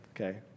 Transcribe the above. okay